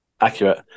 accurate